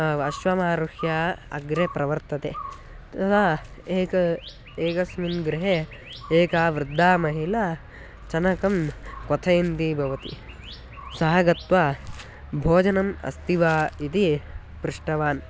अश्वमारुह्य अग्रे प्रवर्तते तदा एकः एकस्मिन् गृहे एका वृद्धा महिला चनकं क्वथयन्ती भवति सः गत्वा भोजनम् अस्ति वा इति पृष्टवान्